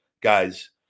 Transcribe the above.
guys